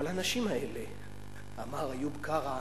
אבל האנשים האלה, אמר איוב קרא,